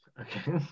Okay